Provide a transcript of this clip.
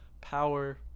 power